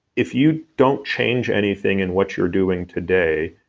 if you don't change anything in what you're doing today,